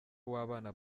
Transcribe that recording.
w’abana